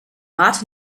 rat